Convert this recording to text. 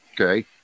Okay